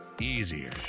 easier